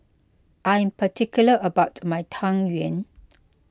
I am particular about my Tang Yuen